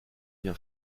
bien